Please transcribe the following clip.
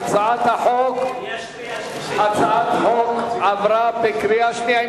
הצעת החוק עברה בקריאה שנייה,